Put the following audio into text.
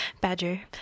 Badger